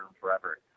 forever